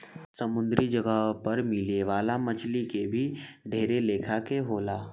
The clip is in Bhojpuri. समुंद्री जगह पर मिले वाला मछली के भी ढेर लेखा के होले